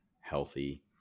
healthy